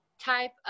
type